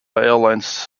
airlines